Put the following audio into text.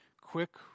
quick